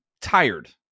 tired